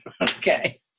okay